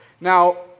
Now